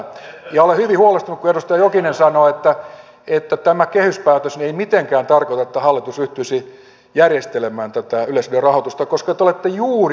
ja olen hyvin huolestunut kun edustaja jokinen sanoo että tämä kehyspäätös ei mitenkään tarkoita että hallitus ryhtyisi järjestelemään tätä yleisradion rahoitusta koska te olette juuri tehneet tämän